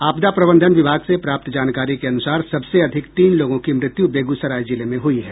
आपदा प्रबंधन विभाग से प्राप्त जानकारी के अनुसार सबसे अधिक तीन लोगों की मृत्यु बेगूसराय जिले में हुई है